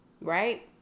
right